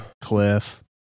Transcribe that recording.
cliff